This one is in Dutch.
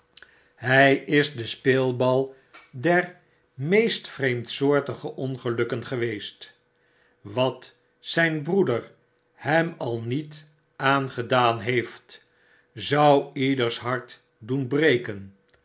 hy is de speelbal der meest vreemdsoortige ongelukken geweest wat zyn broeder hem al niet aangedaan heeft zou ieders hart doen breken